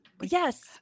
Yes